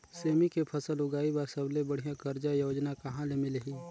सेमी के फसल उगाई बार सबले बढ़िया कर्जा योजना कहा ले मिलही?